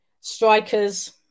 strikers